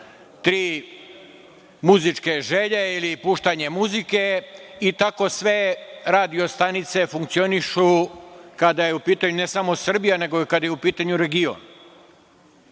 tri muzičke želje ili puštanje muzike i tako sve radio stanice funkcionišu kada je u pitanju ne samo Srbija, nego kada je u pitanju region. Taj